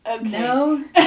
No